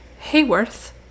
Hayworth